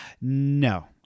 No